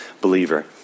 believer